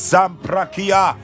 Zamprakia